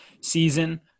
season